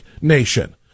nation